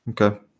okay